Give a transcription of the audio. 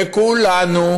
וכולנו